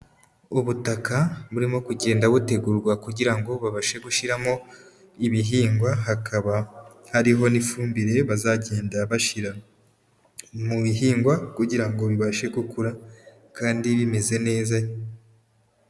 Ubutaka burimo kugenda butegurwa kugira ngo babashe gushyiramo ibihingwa, hakaba hariho n'ifumbire bazagenda bashira mu bihingwa kugira ngo bibashe gukura kandi bimeze neza.